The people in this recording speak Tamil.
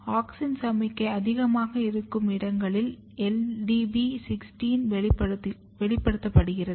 ஆக்ஸின் சமிக்ஞை அதிகமாக இருக்கும் இடங்களில் LDB16 வெளிப்படுத்தப்படுகிறது